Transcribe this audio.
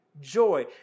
joy